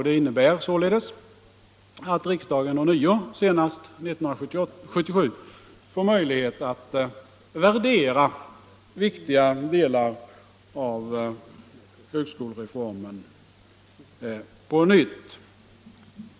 Det innebär att riksdagen på nytt, senast 1977, får möjlighet att värdera viktiga delar av högskolereformen.